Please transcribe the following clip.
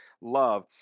love